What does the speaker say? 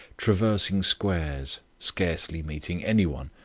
traversing squares, scarcely meeting anyone,